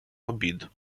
обід